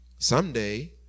Someday